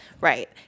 Right